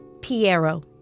Piero